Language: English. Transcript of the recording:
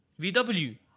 VW